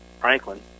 Franklin